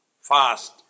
fast